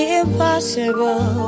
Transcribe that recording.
impossible